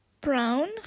brown